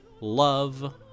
love